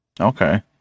Okay